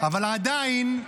אבל עדיין,